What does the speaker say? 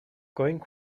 going